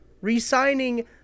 re-signing